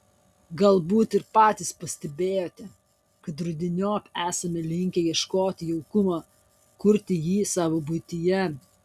galbūt ir patys pastebėjote kad rudeniop esame linkę ieškoti jaukumo kurti jį savo buityje